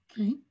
Okay